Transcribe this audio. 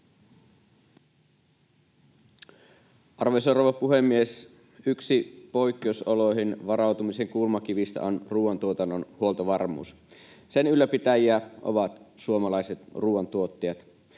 Arvoisa rouva puhemies! Yksi poikkeusoloihin varautumisen kulmakivistä on ruuantuotannon huoltovarmuus. Sen ylläpitäjiä ovat suomalaiset ruuantuottajat.